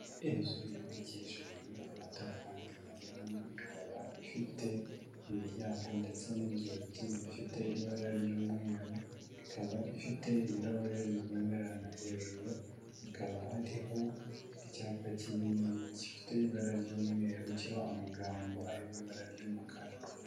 Inzu yubakishijwe amatafari yamonyo ikaba ifite imiryango ndetse n'inzugi bifite ibara ry'umweru, ikaba ifite ibirahure bibonerana hejuru hakaba hariho icyapa kinini gifite ibara ry'umweru kiroho amagambo ari mu ibara ry'umukara.